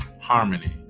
harmony